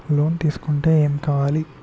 Loan తీసుకుంటే ఏం కావాలి?